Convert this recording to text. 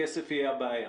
כסף יהיה הבעיה?